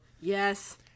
Yes